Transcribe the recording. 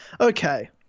okay